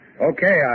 Okay